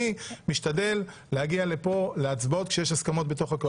אני משתדל להגיע לפה להצבעות כשיש הסכמות בתוך הקואליציה.